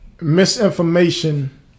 misinformation